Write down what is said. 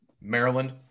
Maryland